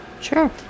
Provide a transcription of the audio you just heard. Sure